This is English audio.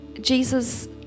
Jesus